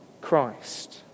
Christ